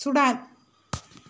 Sudan